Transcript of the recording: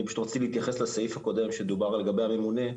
אני פשוט רוצה להתייחס לסעיף הקודם שדובר לגבי הממונה.